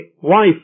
wife